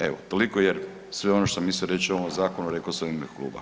Evo, toliko jer sve ono što sam mislio reći o ovom zakonu rekao sam u ime kluba.